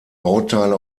bauteile